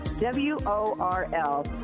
W-O-R-L